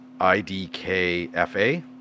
IDKFA